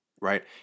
right